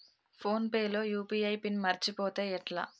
Phone pay లో UPI PIN మరచిపోతే ఎట్లా?